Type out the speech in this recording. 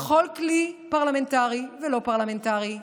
בכל כלי פרלמנטרי ולא פרלמנטרי,